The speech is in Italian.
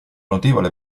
notevole